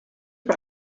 per